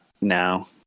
now